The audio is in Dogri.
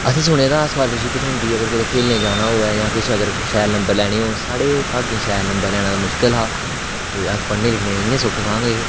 असें सुने दा हा कि स्कालरशिप थ्होंदी अगर कोई कुतै खेढने गी जाना होऐ जा किश अगर शैल नम्बर लैने हून साढ़े भागें शैल नम्बर लैने दा मुश्किल हा ते अस पढ़ने लिखने च इ'यां बी सुख सांद ऐ